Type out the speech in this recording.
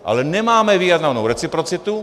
Ale nemáme vyjednanou reciprocitu.